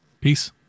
Peace